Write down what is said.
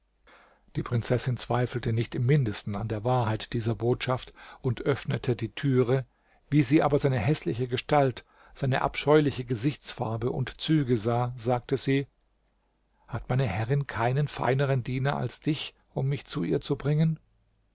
die prinzessin zweifelte nicht im mindesten an der wahrheit dieser botschaft und öffnete die türe wie sie aber seine häßliche gestalt seine abscheuliche gesichtsfarbe und züge sah sagte sie hat meine herrin keinen feineren diener als dich um mich zu ihr zu bringen